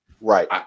Right